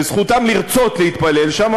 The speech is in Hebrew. וזכותם לרצות להתפלל שם,